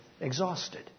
exhausted